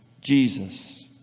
Jesus